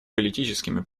политическими